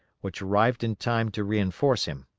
which arrived in time to reinforce him.